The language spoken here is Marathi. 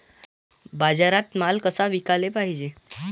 बाजारात माल कसा विकाले पायजे?